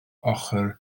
ochr